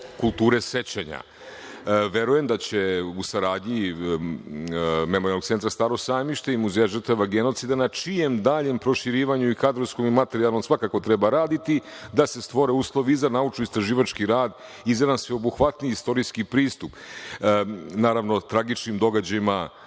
kulture sećanja. Verujem da će u saradnji Memorijalnog centra „Staro sajmište“ i Muzeja žrtava genocida, na čijem daljem proširivanju, i kadrovskom i materijalnom, svakako treba raditi, da se stvore uslovi i za naučno-istraživački rad i za sveobuhvatniji istorijski pristup. Naravno, tragičnim događajima